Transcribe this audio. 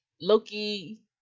Loki